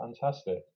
Fantastic